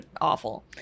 awful